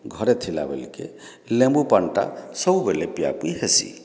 ଘରେ ଥିଲାବେଲେକେ ଲେମ୍ବୁ ପାଣ୍ଟା ସବୁବେଲେ ପିଆପିଇ ହେସି